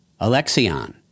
Alexion